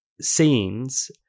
scenes